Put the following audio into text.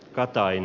captain